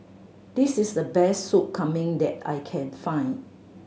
this is the best Sup Kambing that I can find